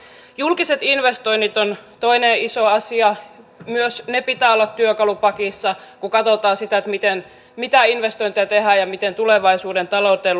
julkiset investoinnit on toinen iso asia myös niiden pitää olla työkalupakissa kun katsotaan sitä mitä investointeja tehdään ja miten tulevaisuuden talouteen